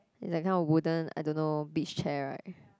is that kind of wooden I don't know beach chair right